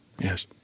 Yes